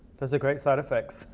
those are great side effects.